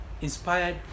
inspired